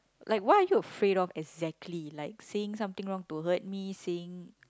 like what are you afraid of exactly like saying something wrong to hurt me saying